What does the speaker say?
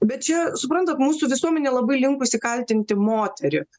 bet čia suprantat mūsų visuomenė labai linkusi kaltinti moterį